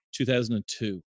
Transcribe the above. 2002